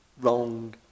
wrong